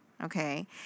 Okay